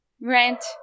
rent